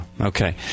Okay